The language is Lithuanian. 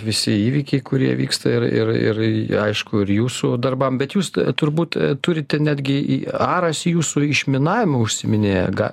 visi įvykiai kurie vyksta ir ir ir aišku ir jūsų darbam bet jūs turbūt turite netgi į aras jūsų išminavimu užsiiminėja ga